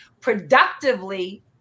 productively